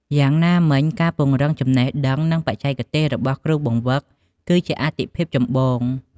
យ៉ាងណាមិញការពង្រឹងចំណេះដឹង និងបច្ចេកទេសរបស់គ្រូបង្វឹកគឺជាអាទិភាពចម្បង។